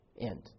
end